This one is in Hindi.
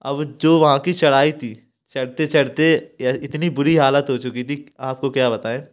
अब जो वहाँ की चढ़ाई थी चढ़ते चढ़ते इतनी बुरी हालत हो चुकी थी आपको क्या बताएं